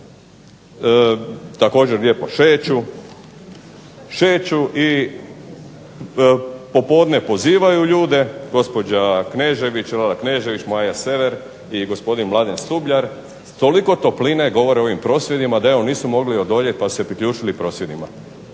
također lijepo šeću i popodne pozivaju ljude gospođa Knežević, Maja Sever i gospodin Mladen Stubljar s toliko topline govore o ovim prosvjedima da evo nisu mogli odoljeti nego se priključili ovim prosvjedima.